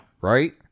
Right